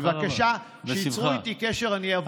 בבקשה, שייצרו אתי קשר, אני אבוא.